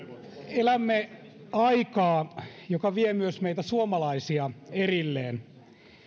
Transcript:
elämme aikaa joka vie myös meitä suomalaisia erilleen